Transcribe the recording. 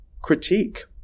critique